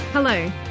Hello